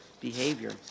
behavior